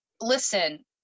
listen